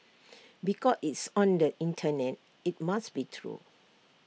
because it's on the Internet IT must be true